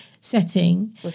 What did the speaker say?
setting